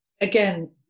again